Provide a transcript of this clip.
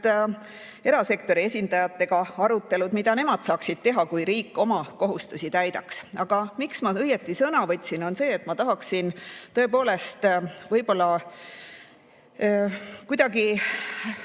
erasektori esindajatega arutelud, mida nemad saaksid teha, kui riik oma kohustusi täidaks. Aga põhjus, miks ma õieti sõna võtsin, on see, et ma tahaksin tõepoolest kuidagi